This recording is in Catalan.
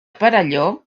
perelló